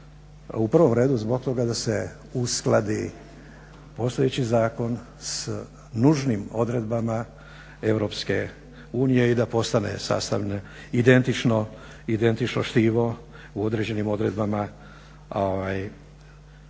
u prvom redu zbog toga da se uskladi postojeći zakon s nužnim odredbama EU i da postane identično štivo u određenim odredbama